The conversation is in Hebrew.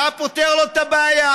היה פותר לו את הבעיה.